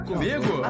Comigo